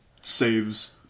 saves